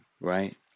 right